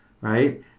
Right